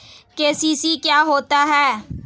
KCC क्या होता है?